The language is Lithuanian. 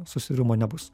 susidūrimo nebus